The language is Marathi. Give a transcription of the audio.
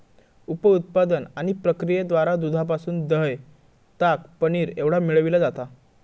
उप उत्पादन आणि प्रक्रियेद्वारा दुधापासून दह्य, ताक, पनीर एवढा मिळविला जाता